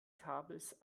kabels